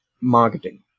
marketing